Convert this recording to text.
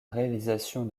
réalisation